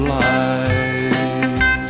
life